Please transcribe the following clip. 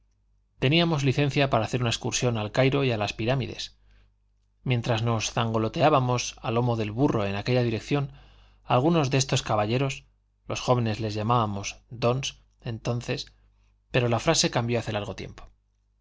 teníamos licencia para hacer una excursión al cairo y a las pirámides mientras nos zangoloteábamos a lomo de burro en aquella dirección algunos de estos caballeros los jóvenes les llamábamos dons entonces pero la frase cambió hace largo tiempo